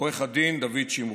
עו"ד דוד שמרון.